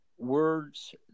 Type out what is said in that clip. words